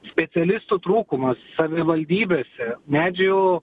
specialistų trūkumas savivaldybėse medžių